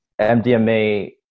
MDMA